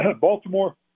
Baltimore